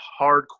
hardcore